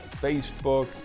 Facebook